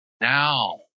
Now